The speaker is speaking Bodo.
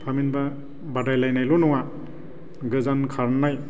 थामहिनबा बादायलायनायल' नङा गोजान खारनाय